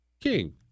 king